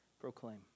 proclaim